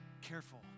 careful